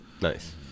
Nice